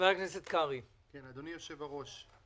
אדוני היושב-ראש,